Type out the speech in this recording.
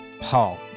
Paul